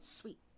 Sweet